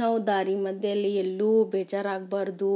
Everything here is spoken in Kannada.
ನಾವು ದಾರಿ ಮಧ್ಯೆಯಲ್ಲಿ ಎಲ್ಲೂ ಬೇಜಾರಾಗಬಾರ್ದು